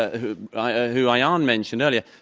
ah who ah who ayaan mentioned earlier,